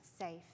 safe